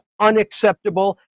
unacceptable